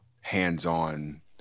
hands-on